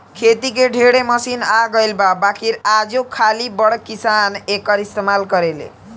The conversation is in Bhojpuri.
खेती के ढेरे मशीन आ गइल बा बाकिर आजो खाली बड़ किसान एकर इस्तमाल करेले